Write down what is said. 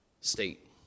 state